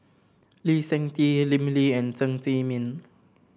Lee Seng Tee Lim Lee and Chen Zhiming